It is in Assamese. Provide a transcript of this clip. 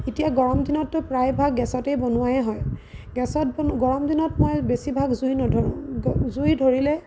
এতিয়া গৰমদিনতটো প্ৰায়ভাগ গেছতেই বনোৱাই হয় গেছত গৰমদিনত মই বেছিভাগ জুই নধৰোঁ জুই ধৰিলে